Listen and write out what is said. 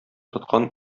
тоткан